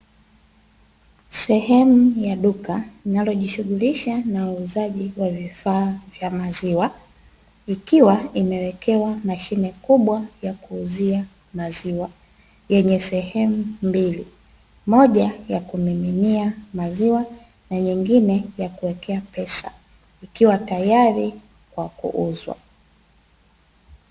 Sehemu ya duka linalojishughulisha na uuzaji wa vifaa vya maziwa, ikiwa imewekewa mashine kubwa ya kuuzia maziwa, yenye sehemu mbili moja ya kumiminia maziwa na nyingine ya kuwekea pesa ikiwa tayari kwa kuuzwa.